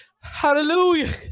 hallelujah